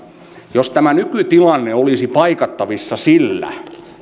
jos tämä nykytilanne olisi paikattavissa sillä